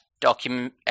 document